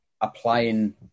applying